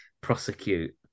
prosecute